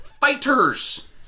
fighters